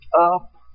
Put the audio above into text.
up